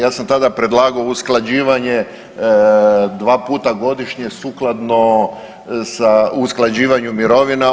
Ja sam tada predlagao usklađivanje dva puta godišnje sukladno sa usklađivanju mirovina.